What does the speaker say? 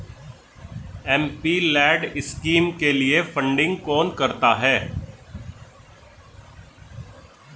MPLAD scheme के लिए funding कौन करता है?